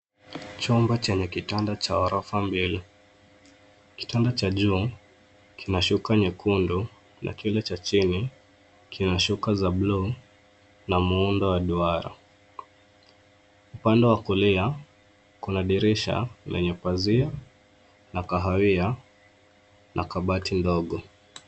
Chumba chenye kitanda cha ghorofa mbili. Kitanda cha juu kina shuka nyekundu na kile cha chini kina shuka za blue , na muundo wa duara. Upande wa kulia kuna dirisha lenye pazia la kahawia, na kabati ndogo.